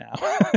now